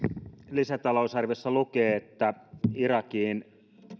lisätalousarviossa lukee että irakiin